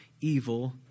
evil